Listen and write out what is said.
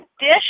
dish